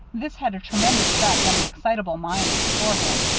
this had a tremendous effect on the excitable minds before him.